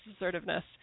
assertiveness